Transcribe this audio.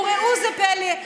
וראו זה פלא,